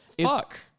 Fuck